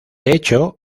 hecho